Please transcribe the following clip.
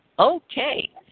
Okay